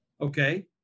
Okay